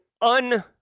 un-